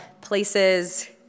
places